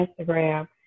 Instagram